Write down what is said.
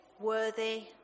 worthy